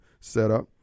setup